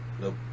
Nope